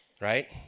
right